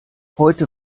heute